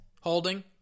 Holding